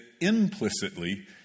implicitly